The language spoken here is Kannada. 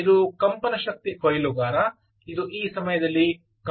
ಇದು ಕಂಪನ ಶಕ್ತಿ ಕೊಯ್ಲುಗಾರ ಇದು ಈ ಸಮಯದಲ್ಲಿ ಕಂಪಿಸುತ್ತಿದೆ